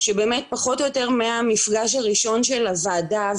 שבאמת פחות או יותר מהמפגש הראשון של הוועדה,